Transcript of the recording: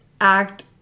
act